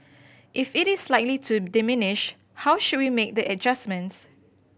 if it is likely to diminish how should we make the adjustments